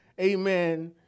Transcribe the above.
amen